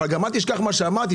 אבל אל תשכח מה שאמרתי,